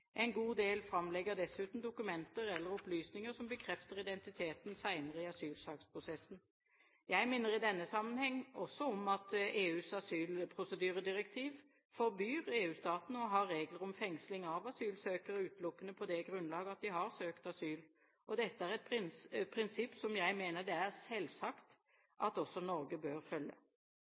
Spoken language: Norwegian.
En god del framlegger dessuten dokumenter eller opplysninger som bekrefter identiteten, senere i asylsaksprosessen. Jeg minner i denne sammenheng også om at EUs asylprosedyredirektiv forbyr EU-statene å ha regler om fengsling av asylsøkere utelukkende på det grunnlag at de har søkt asyl. Dette er et prinsipp som jeg mener det er selvsagt at også Norge bør følge.